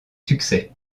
succès